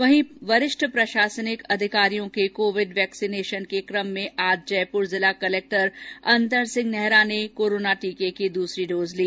वहीं वरिष्ठ प्रशासनिक अधिकारियों के कोविड वैक्सीनेशन के कम में आज जयपूर जिला कलेक्टर अंतर सिंह नेहरा ने कोरोना टीके की दूसरी डोज ली